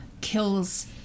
kills